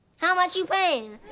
how much you paying?